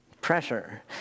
Pressure